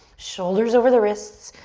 shoulders over the wrists,